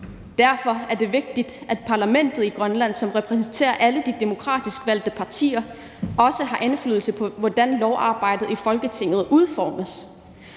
Derfor er det vigtigt, at parlamentet i Grønland, som repræsenterer alle de demokratisk valgte partier, også har indflydelse på, hvordan lovgivningsarbejdet i Folketinget udformes.